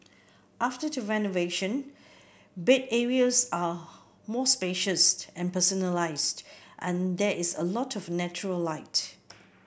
after the renovation bed areas are more spacious and personalised and there is a lot of natural light